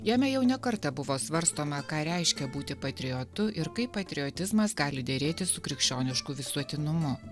jame jau ne kartą buvo svarstoma ką reiškia būti patriotu ir kaip patriotizmas gali derėti su krikščionišku visuotinumu